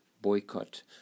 boycott